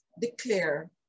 declare